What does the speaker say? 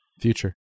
future